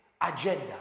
agenda